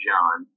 John